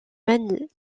manie